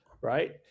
right